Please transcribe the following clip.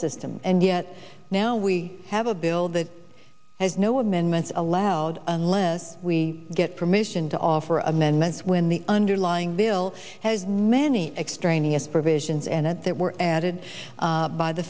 system and yet now we have a bill that has no amendments allowed unless we get permission to offer amendments when the underlying bill has many extraneous provisions and it that were added by the